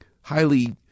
highly